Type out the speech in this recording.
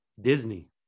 Disney